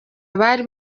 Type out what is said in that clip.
abari